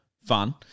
fun